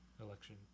election